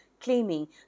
claiming